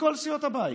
בין כל סיעות הבית.